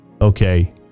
okay